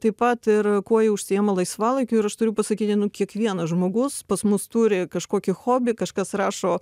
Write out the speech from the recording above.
taip pat ir kuo jie užsiima laisvalaikiu ir aš turiu pasakyti nu kiekvienas žmogus pas mus turi kažkokį hobį kažkas rašo